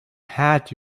hat